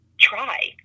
try